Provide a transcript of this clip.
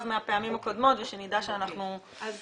מהפעמים הקודמות ושנדע שאנחנו --- אוקי.